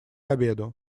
обеду